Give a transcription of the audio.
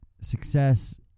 success